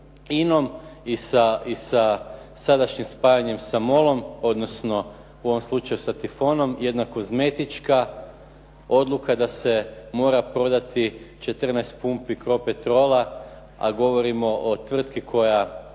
i sa sadašnjim spajanjem sa MOL-om odnosno u ovom slučaju sa Tifonom jedna kozmetička odluka da se mora prodati 14 pumpi Cropetrola a govorimo o tvrtki koja